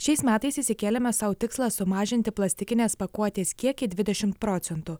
šiais metais išsikėlėme sau tikslą sumažinti plastikinės pakuotės kiekį dvidešim procentų